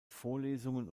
vorlesungen